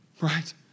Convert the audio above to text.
right